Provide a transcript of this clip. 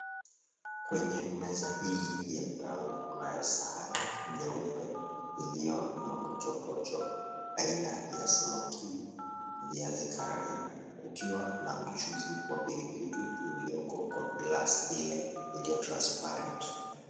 Kwenye meza hii ya brown , kunayo sahani nyeupe iliyo na mapochopocho aina ya smokie , viazi karai, 𝑘ukiwa na mchuzi wa pilipili ulioko kwa glass ile iliyo transparent .